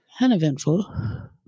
uneventful